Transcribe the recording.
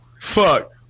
Fuck